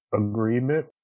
agreement